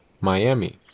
Miami